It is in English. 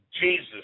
Jesus